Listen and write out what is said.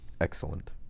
Excellent